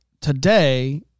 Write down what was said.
today